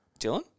Dylan